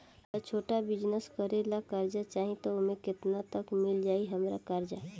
हमरा छोटा बिजनेस करे ला कर्जा चाहि त ओमे केतना तक मिल जायी हमरा कर्जा?